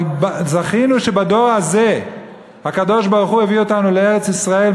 אבל זכינו שבדור הזה הקדוש-ברוך-הוא הביא אותנו לארץ-ישראל,